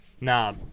Nah